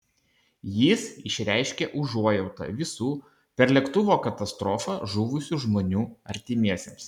jis išreiškė užuojautą visų per lėktuvo katastrofą žuvusių žmonių artimiesiems